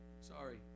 Sorry